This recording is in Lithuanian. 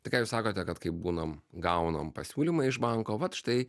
tai ką jūs sakote kad kai būnam gaunam pasiūlymą iš banko vat štai